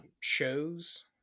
shows